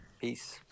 Peace